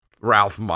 Ralph